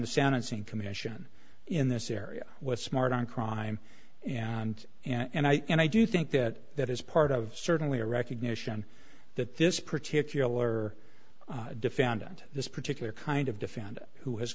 the sound insane commission in this area was smart on crime and and i and i do think that that is part of certainly a recognition that this particular defendant this particular kind of defend who has